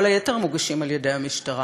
כל היתר מוגשים על-ידי המשטרה.